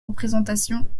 représentation